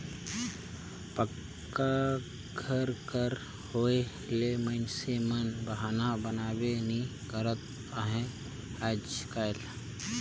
पक्का घर कर होए ले मइनसे मन बहना बनाबे नी करत अहे आएज काएल